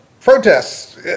protests